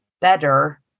better